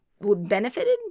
benefited